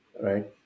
right